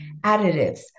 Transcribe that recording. additives